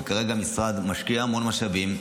וכרגע המשרד משקיע המון משאבים,